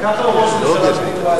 גם ככה הוא ראש ממשלה וירטואלי.